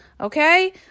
okay